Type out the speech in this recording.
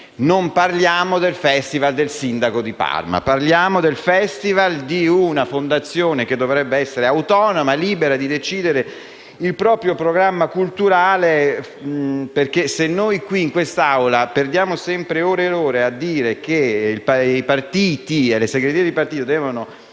non parliamo del festival del sindaco di Parma, bensì del Festival di una fondazione che dovrebbe essere autonoma e libera di decidere il proprio programma culturale. Se noi in quest'Aula perdiamo sempre ore ed ore a dire che i partiti e le loro segreterie devono